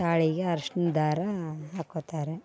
ತಾಳಿಗೆ ಅರಿಶ್ಣ ದಾರ ಹಾಕ್ಕೊತಾರೆ